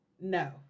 No